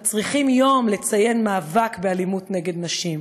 צריכים יום לציין מאבק באלימות נגד נשים.